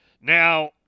Now